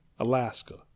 alaska